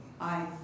Aye